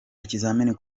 ikizamini